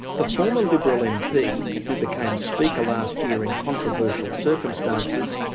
the former liberal mp who became speaker last year in controversial circumstances,